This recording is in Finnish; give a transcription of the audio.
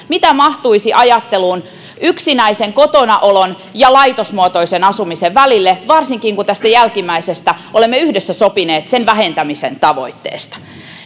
mitä mahtuisi ajatteluun yksinäisen kotona olon ja laitosmuotoisen asumisen välille varsinkin kun olemme yhdessä sopineet jälkimmäisen vähentämisen tavoitteesta